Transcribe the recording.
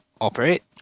operate